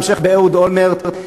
המשך באהוד אולמרט,